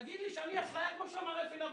תגיד שאני אשליה, כמו שאמר אפי נווה.